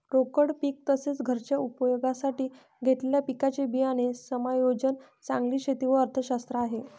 रोकड पीक तसेच, घरच्या उपयोगासाठी घेतलेल्या पिकांचे बियाणे समायोजन चांगली शेती च अर्थशास्त्र आहे